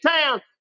town